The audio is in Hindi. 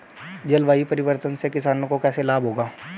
जलवायु परिवर्तन से किसानों को कैसे लाभ होगा?